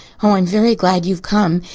oh, i'm very glad you've come,